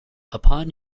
upon